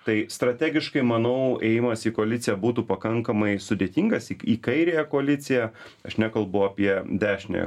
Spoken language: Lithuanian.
tai strategiškai manau ėjimas į koaliciją būtų pakankamai sudėtingas į kairiąją koaliciją aš nekalbu apie dešiniąją